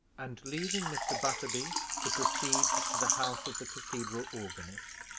and leaving mr. butterby to proceed to the house of the cathedral organist,